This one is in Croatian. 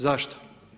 Zašto?